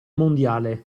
mondiale